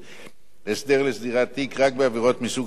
הסדר לסגירת תיק רק בעבירות מסוג חטא או עוון שאינן